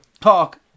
talk